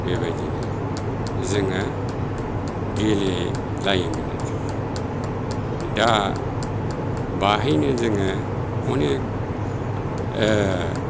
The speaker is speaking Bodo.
बेबायदिनो जोङो गेलेलायोमोन आरखि दा बेहायनो जोङो अनेक